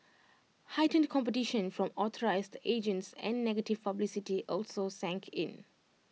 heightened competition from authorised agents and negative publicity also sank in